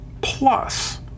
plus